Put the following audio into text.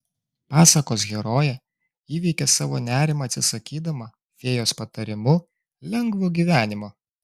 pasakos herojė įveikia savo nerimą atsisakydama fėjos patarimu lengvo gyvenimo